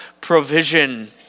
provision